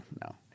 no